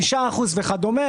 תשעה אחוזים וכדומה.